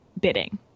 bidding